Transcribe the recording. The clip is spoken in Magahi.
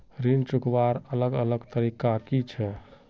ऋण चुकवार अलग अलग तरीका कि छे?